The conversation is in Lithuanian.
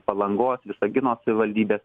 palangos visagino savivaldybės